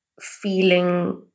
feeling